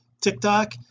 tiktok